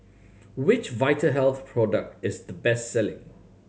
which Vitahealth product is the best selling